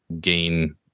gain